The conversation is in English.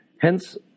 Hence